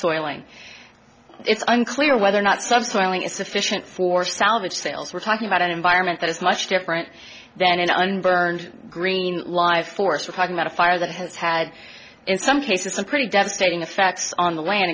soil aine it's unclear whether or not subsequently is sufficient for salvage sales we're talking about an environment that is much different than in un burned green live source we're talking about a fire that has had in some cases some pretty devastating effects on the land